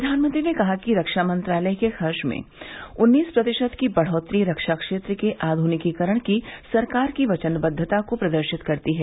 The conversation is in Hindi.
प्रधानमंत्री ने कहा कि रक्षा मंत्रालय के खर्च में उन्नीस प्रतिशत की बढ़ोतरी रक्षा क्षेत्र के आधुनिकीकरण की सरकार की वचनबद्वता को प्रदर्शित करती है